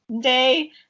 Day